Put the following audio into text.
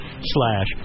slash